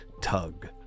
tug